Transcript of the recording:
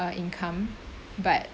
uh income but